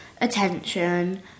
attention